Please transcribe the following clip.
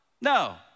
no